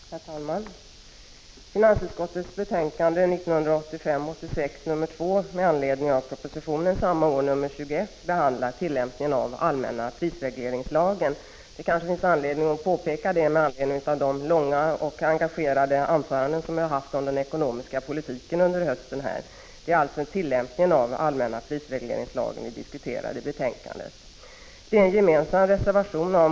Herr talman! Finansutskottets betänkande nr 2 med anledning av proposition 21 behandlar tillämpningen av den allmänna prisregleringslagen. Det kanske finns anledning att påpeka det efter de långa och engagerade anföranden som under hösten har hållits om den ekonomiska politiken.